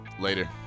Later